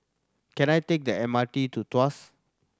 can I take the M R T to Tuas